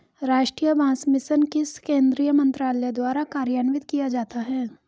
राष्ट्रीय बांस मिशन किस केंद्रीय मंत्रालय द्वारा कार्यान्वित किया जाता है?